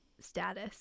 status